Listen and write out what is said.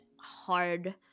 hard